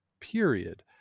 period